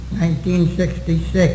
1966